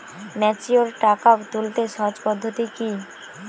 Mature টাকা তুলতে সহজ পদ্ধতি কি?